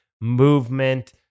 movement